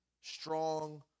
strong